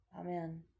Amen